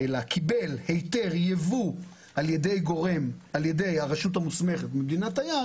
לומר "קיבל היתר יבוא על ידי הרשות המוסמכת במדינת היעד",